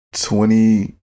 twenty